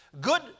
good